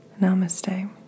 namaste